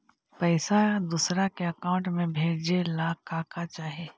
पैसा दूसरा के अकाउंट में भेजे ला का का चाही?